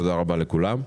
תודה רבה לכולם.